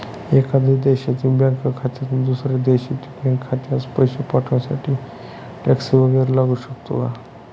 एका देशातील बँक खात्यातून दुसऱ्या देशातील बँक खात्यात पैसे पाठवण्यासाठी टॅक्स वैगरे लागू शकतो का?